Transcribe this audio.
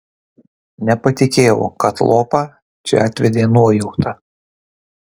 nepatikėjau kad lopą čia atvedė nuojauta